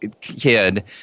kid